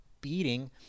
beating